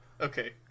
Okay